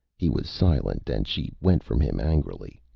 he was silent, and she went from him angrily.